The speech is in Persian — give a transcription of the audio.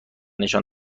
نشان